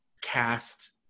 cast